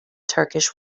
turkish